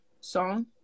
song